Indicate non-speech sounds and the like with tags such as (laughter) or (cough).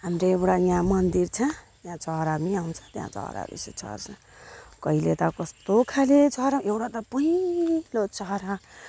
हाम्रो एउटा यहाँ मन्दिर छ त्यहाँ चरा पनि आउँछ त्यहाँ चराहरू यसो (unintelligible) न कहिले त कस्तो खाले चरा एउटा त पहेलो चरा